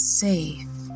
safe